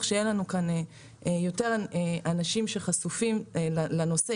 שיהיה לנו כאן יותר אנשים שחשופים לנושא,